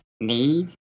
need